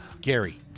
Gary